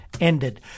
ended